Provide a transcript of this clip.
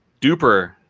Duper